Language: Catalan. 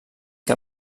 que